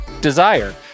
Desire